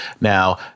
now